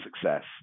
success